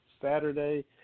Saturday